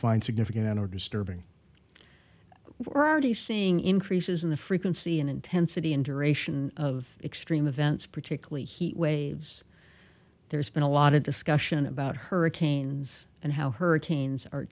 find significant or disturbing we're already seeing increases in the frequency and intensity and duration of extreme events particularly heat waves there's been a lot of discussion about hurricanes and how hurricanes are